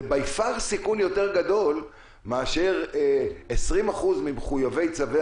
זה by far סיכון יותר גדול מאשר 20% מחבי צווי